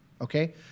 Okay